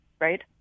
right